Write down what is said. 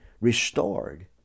restored